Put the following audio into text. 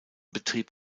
betrieb